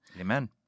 Amen